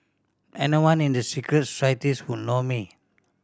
anyone in the secret societies would know me